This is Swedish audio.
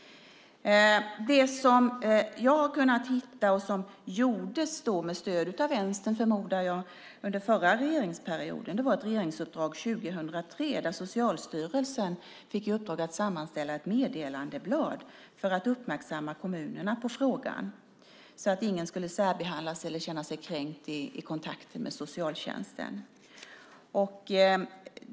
Det jag har kunnat hitta och som gjordes med stöd av Vänstern, förmodar jag, under den förra regeringsperioden var ett regeringsuppdrag 2003 till Socialstyrelsen, där de fick i uppdrag att sammanställa ett meddelandeblad för att uppmärksamma kommunerna på frågan så att ingen skulle särbehandlas eller känna sig kränkt i kontakten med socialtjänsten.